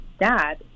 dad